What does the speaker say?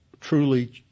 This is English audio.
truly